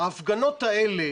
ההפגנות האלה